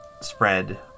spread